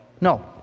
No